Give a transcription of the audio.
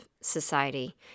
society